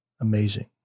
amazing